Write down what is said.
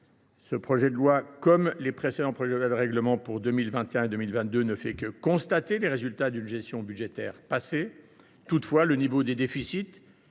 ce projet de loi, comme les précédents projets de loi de règlement pour 2021 et 2022, ne fait que constater les résultats d’une gestion budgétaire passée. Toutefois, le niveau des déficits,